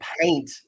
paint